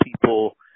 people